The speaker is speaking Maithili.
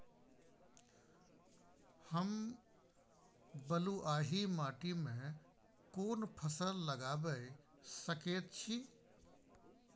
हम बलुआही माटी में कोन फसल लगाबै सकेत छी?